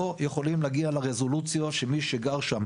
לא יכולים להגיע לרזולוציה של מי שגר שם,